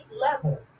level